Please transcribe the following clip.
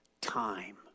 time